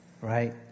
Right